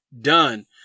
done